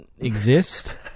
Exist